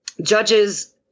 judges